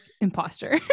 imposter